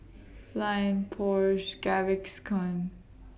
Lion Porsche Gaviscon